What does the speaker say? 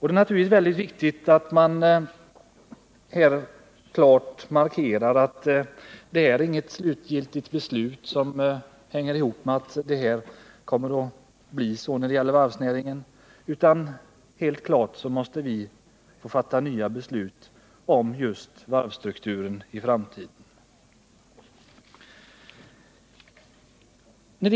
Det är väldigt viktigt att här klart markera att det inte är något slutgiltigt beslut som säger att det kommer att bli på det här sättet med varvsnäringen, utan helt klart måste vi fatta nya beslut om just varvsstrukturen i framtiden.